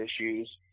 issues